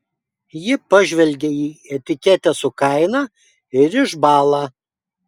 ji pažvelgia į etiketę su kaina ir išbąla